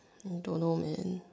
don't know man